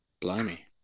blimey